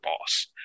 boss